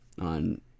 on